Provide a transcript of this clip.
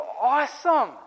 awesome